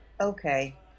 Okay